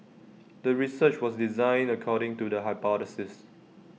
the research was designed according to the hypothesis